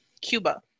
cuba